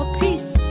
peace